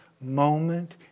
moment